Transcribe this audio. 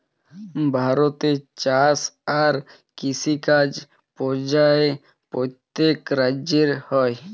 ভারতে চাষ আর কিষিকাজ পর্যায়ে প্যত্তেক রাজ্যে হ্যয়